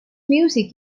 music